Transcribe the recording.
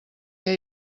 què